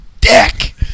dick